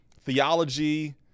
theology